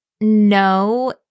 no